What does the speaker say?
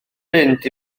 fynd